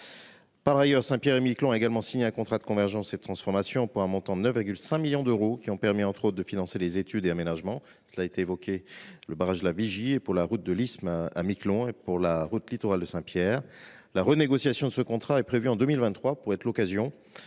Par ailleurs, Saint-Pierre-et-Miquelon a également signé un contrat de convergence et de transformation, pour un montant de 9,5 millions d'euros, qui a permis, entre autres choses, de financer des études et aménagements pour le barrage de la Vigie, la route de l'isthme à Miquelon et la route littorale de Saint-Pierre. La renégociation de ce contrat, prévue en 2023, pourrait être l'occasion